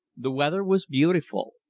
the weather was beautiful.